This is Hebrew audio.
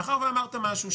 מאחר ואמרת משהו,